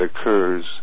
occurs